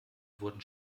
wurden